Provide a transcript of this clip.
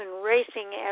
Racing